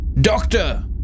Doctor